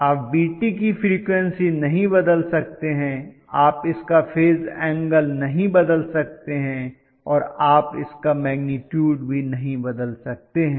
आप Vt की frequency नहीं बदल सकते हैं आप इसका फेज एंगल नहीं बदल सकते हैं और आप इसका मेग्नीट्यूड भी नहीं बदल सकते हैं